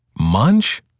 Munch